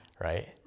right